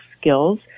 skills